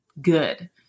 good